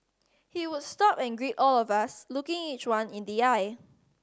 he would stop and greet all of us looking each one in the eye